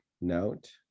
note